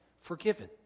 forgiven